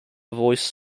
voice